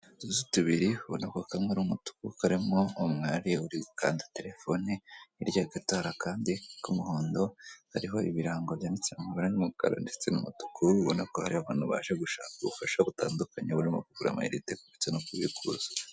Utuzu tubiri ubona ko kamwe ari umutuku karimo umwari uri gukanda telefone, hirya gato hari akandi k'umuhondo, kariho ibirango byanditseho umukara ndetse n'umutuku, ubona ko hari abantu baje gushaka ubufasha butandukanye barimo kugura amayinite ndetse no kubikuza.